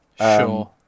Sure